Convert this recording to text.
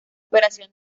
operación